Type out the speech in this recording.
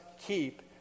keep